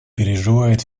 переживает